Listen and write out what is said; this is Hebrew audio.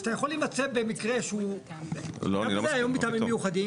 אז אתה יכול להימצא במקרה שהוא לא מטעמים מיוחדים,